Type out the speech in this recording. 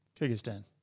Kyrgyzstan